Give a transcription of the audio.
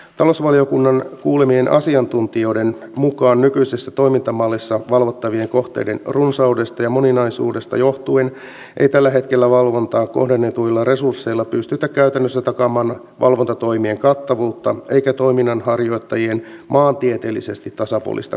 talousvaliokunnan kuulemien asiantuntijoiden mukaan nykyisessä toimintamallissa valvottavien kohteiden runsaudesta ja moninaisuudesta johtuen ei tällä hetkellä valvontaan kohdennetuilla resursseilla pystytä käytännössä takaamaan valvontatoimien kattavuutta eikä toiminnanharjoittajien maantieteellisesti tasapuolista kohtelua